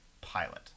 pilot